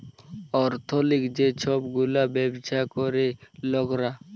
এথলিক যে ছব গুলা ব্যাবছা ক্যরে লকরা